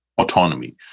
autonomy